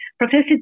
Professor